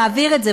מעביר את זה,